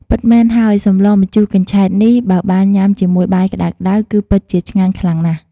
ពិតមែនហើយ សម្លម្ជូរកញ្ឆែតនេះ បើបានញ៉ាំជាមួយបាយក្តៅៗ គឺពិតជាឆ្ងាញ់ខ្លាំងណាស់។